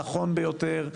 הנכון ביותר,